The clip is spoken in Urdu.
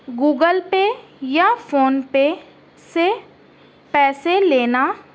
گوگل پے یا فون پے سے پیسے لینا